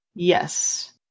Yes